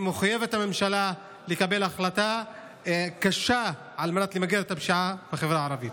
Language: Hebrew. הממשלה מחויבת לקבל החלטה קשה על מנת למגר את הפשיעה בחברה הערבית.